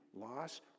loss